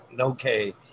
okay